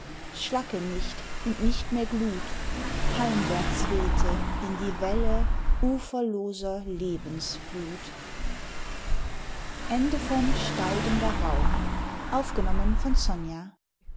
schlacke nicht und nicht mehr glut heimwärts wehte in die welle uferloser lebensflut